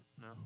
No